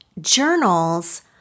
journals